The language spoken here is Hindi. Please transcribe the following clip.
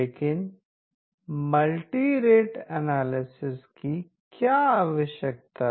लेकिन मल्टीरेट एनालिसिस की क्या आवश्यकता थी फिर